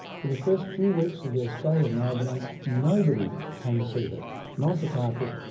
for the first few weeks of their stay in maribyrnong nobody came to see her not a psychiatrist,